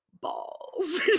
balls